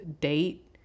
date